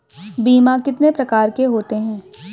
बीमा कितने प्रकार के होते हैं?